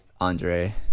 Andre